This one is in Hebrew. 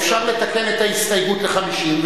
אפשר לתקן את ההסתייגות ל-50,